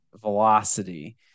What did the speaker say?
velocity